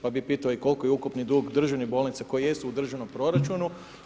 Pa bi pitao i koliki je ukupni dug državnih bolnica, koje jesu u državnom proračunu.